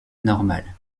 normale